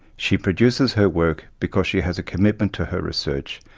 she produces her work because she has a commitment to her research,